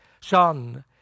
Son